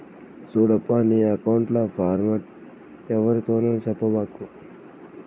సూడప్పా, నీ ఎక్కౌంట్ల పాస్వర్డ్ ఎవ్వరితోనూ సెప్పబాకు